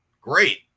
great